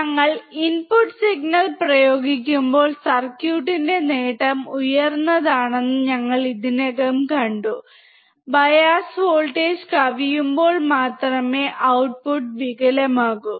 ഞങ്ങൾ input signal പ്രയോഗിക്കുമ്പോൾ സർക്യൂട്ടിന്റെ നേട്ടം ഉയർന്നതാണെന്ന് ഞങ്ങൾ ഇതിനകം കണ്ടു ബയാസ് വോൾട്ടേജ് കവിയുമ്പോൾ മാത്രമേ ഔട്ട്പുട്ട് വികലമാകൂ